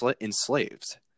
enslaved